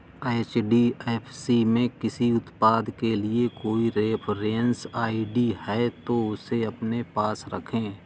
HDFC में किसी उत्पाद के लिए कोई रेफरेंस आई.डी है, तो उसे अपने पास रखें